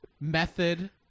method